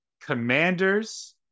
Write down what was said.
Commanders